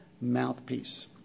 mouthpiece